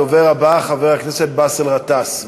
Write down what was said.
הדובר הבא, חבר הכנסת באסל גטאס.